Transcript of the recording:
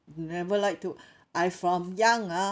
never like to I from young ah